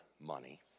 money